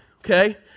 okay